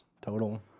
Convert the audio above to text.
total